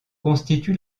constitue